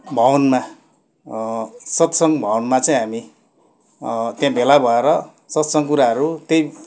भवनमा सत्सङ्ग भवनमा चाहिँ हामी त्यहाँ भेला भएर सत्सङ्ग कुराहरू त्यै